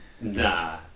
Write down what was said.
Nah